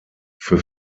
für